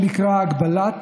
חוק שנקרא הגבלת